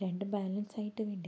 രണ്ടും ബാലൻസായിട്ട് വേണ്ടേ